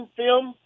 film